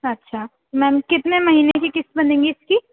اچھا میم کتنے مہینے کی قسط بنے گی اس کی